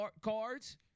Cards